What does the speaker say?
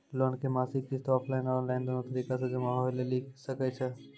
Loan के मासिक किस्त ऑफलाइन और ऑनलाइन दोनो तरीका से जमा होय लेली सकै छै?